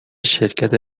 شرکت